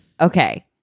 okay